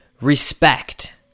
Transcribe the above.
respect